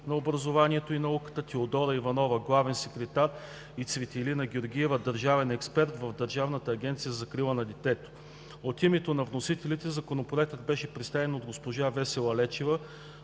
на образованието и науката, Теодора Иванова – главен секретар и Цветелина Георгиева –държавен експерт в Държавната агенция за закрила на детето. От името на вносителите Законопроектът беше представен от госпожа Весела Лечева,